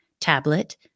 Tablet